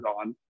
on